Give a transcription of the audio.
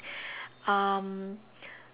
um